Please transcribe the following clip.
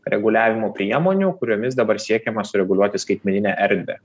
reguliavimo priemonių kuriomis dabar siekiama sureguliuoti skaitmeninę erdvę